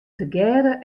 tegearre